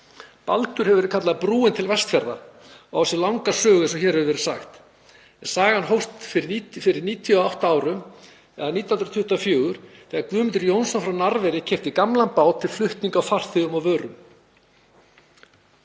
Baldur hefur verið kölluð brúin til Vestfjarða og á sér langa sögu eins og hér hefur verið sagt. Sagan hófst fyrir 98 árum eða 1924 þegar Guðmundur Jónsson frá Narfeyri keypti gamlan bát til flutninga á farþegum og vörum.